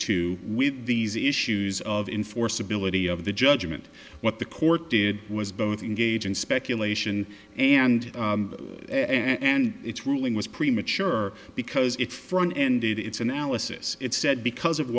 to with these issues of in force ability of the judgment what the court did was both engage in speculation and and its ruling was premature because it front ended its analysis it said because of